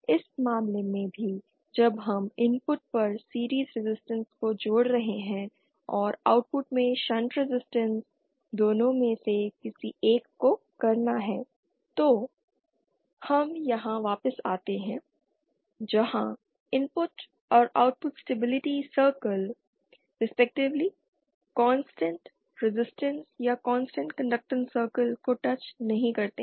इस मामले में भी जब हम इनपुट पर सीरिज़ रेजिस्टेंस को जोड़ रहे हैं और आउटपुट में शंट रेजिस्टेंस दोनों में से किसी एक को करना है तो हम यहां वापस आते हैं जहां इनपुट और output stability circle respectively constant resistance या कांस्टेंट कंडक्टैंस सर्कल को टच नहीं करते हैं